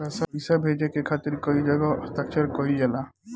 पैसा भेजे के खातिर कै जगह हस्ताक्षर कैइल जाला?